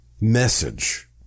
message